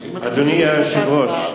אדוני היושב-ראש,